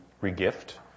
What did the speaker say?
re-gift